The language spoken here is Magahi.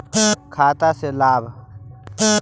खाता से लाभ?